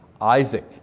Isaac